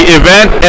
event